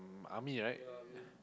army right